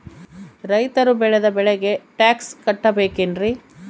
ರೈತರು ಬೆಳೆದ ಬೆಳೆಗೆ ಟ್ಯಾಕ್ಸ್ ಕಟ್ಟಬೇಕೆನ್ರಿ?